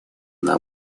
она